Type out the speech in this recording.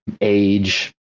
age